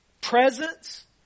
presence